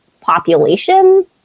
population